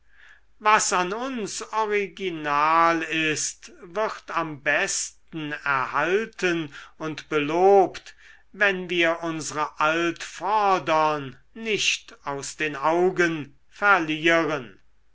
was an uns original ist wird am besten erhalten und belobt wenn wir unsre altvordern nicht aus den augen verlieren